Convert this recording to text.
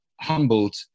humbled